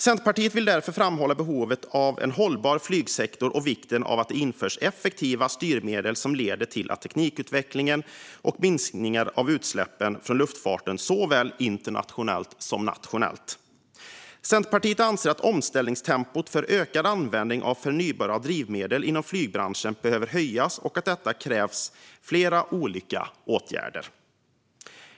Centerpartiet vill därför framhålla behovet av en hållbar flygsektor och vikten av att det införs effektiva styrmedel som leder till teknikutveckling och minskningar av utsläppen från luftfarten såväl internationellt som nationellt. Centerpartiet anser att omställningstempot för ökad användning av förnybara drivmedel inom flygbranschen behöver höjas, och för detta krävs flera olika åtgärder.